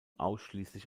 ausschließlich